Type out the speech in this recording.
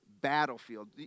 battlefield